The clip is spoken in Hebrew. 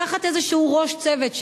תחת איזה ראש צוות,